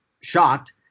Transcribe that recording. shocked